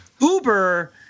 Uber